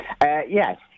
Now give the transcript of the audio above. yes